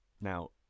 Now